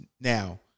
Now